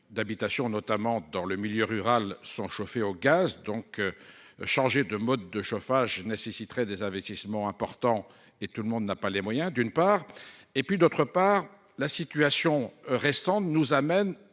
d'habitation notamment dans le milieu rural sont chauffés au gaz, donc. Changer de mode de chauffage nécessiterait des investissements importants et tout le monde n'a pas les moyens d'une part et puis d'autre part la situation récente nous amène à